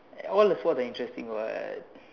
all the four are interesting what